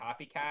copycat